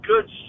good